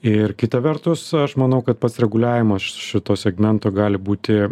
ir kita vertus aš manau kad pats reguliavimas šito segmento gali būti